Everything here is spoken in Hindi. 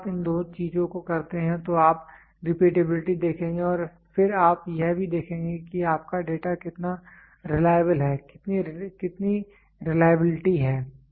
जब आप इन दो चीजों को करते हैं तो आप रिपीटेबिलिटी देखेंगे और फिर आप यह भी देखेंगे कि आपका डेटा कितना रिलायबल है कितनी रिलायबिलिटी है